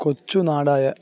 കൊച്ചു നാടായ